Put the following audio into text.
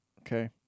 okay